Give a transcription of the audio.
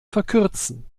verkürzen